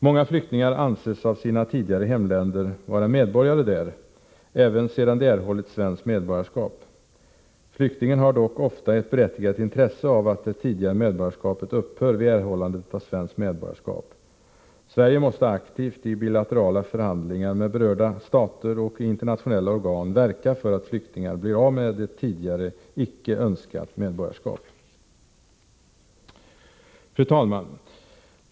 Många flyktingar anses av sina tidigare hemländer vara medborgare där, även sedan de erhållit svenskt medborgarskap. Flyktingen har dock ofta ett berättigat intresse av att det tidigare medborgarskapet upphör vid erhållandet av svenskt medborgarskap. Sverige måste aktivt i bilaterala förhandling ar med berörda stater och i internationella organ verka för att flyktingar blir av med ett tidigare, icke önskvärt, medborgarskap. Fru talman!